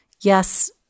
yes